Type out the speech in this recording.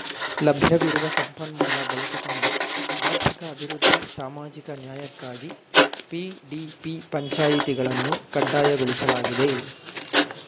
ಲಭ್ಯವಿರುವ ಸಂಪನ್ಮೂಲ ಬಳಸಿಕೊಂಡು ಆರ್ಥಿಕ ಅಭಿವೃದ್ಧಿ ಸಾಮಾಜಿಕ ನ್ಯಾಯಕ್ಕಾಗಿ ಪಿ.ಡಿ.ಪಿ ಪಂಚಾಯಿತಿಗಳನ್ನು ಕಡ್ಡಾಯಗೊಳಿಸಲಾಗಿದೆ